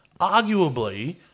arguably